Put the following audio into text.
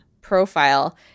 profile